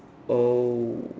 oh